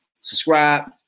subscribe